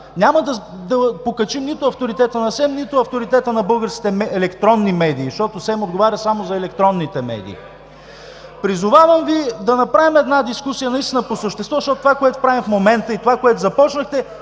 няма да покачим нито авторитета на СЕМ, нито авторитета на българските електронни медии, защото СЕМ отговаря само за електронните медии. Призовавам Ви да направим една дискусия наистина по същество, защото това, което правим в момента и това, което започнахте,